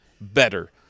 better